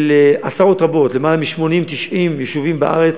עשרות רבות, למעלה מ-80, 90 יישובים בארץ